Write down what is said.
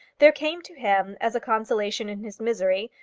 there came to him, as a consolation in his misery,